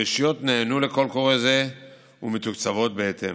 הרשויות נענו לקול קורא זה ומתוקצבות בהתאם.